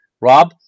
Rob